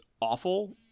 awful